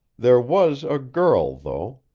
there was a girl, though.